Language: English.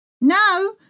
No